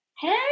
Hey